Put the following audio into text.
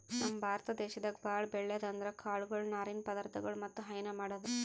ನಮ್ ಭಾರತ ದೇಶದಾಗ್ ಭಾಳ್ ಬೆಳ್ಯಾದ್ ಅಂದ್ರ ಕಾಳ್ಗೊಳು ನಾರಿನ್ ಪದಾರ್ಥಗೊಳ್ ಮತ್ತ್ ಹೈನಾ ಮಾಡದು